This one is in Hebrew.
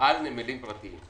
על נמלים פרטיים.